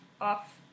off